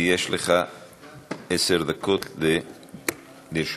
עשר דקות לרשותך.